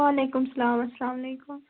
وعلیکم السلام السلامُ علیکم